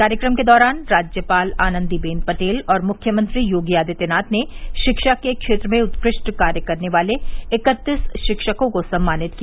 कार्यक्रम के दौरान राज्यपाल आनन्दी बेन पटेल और मुख्यमंत्री योगी आदित्यनाथ ने शिक्षा के क्षेत्र में उत्कृष्ट कार्य करने वाले इकतीस शिक्षकों को सम्मानित किया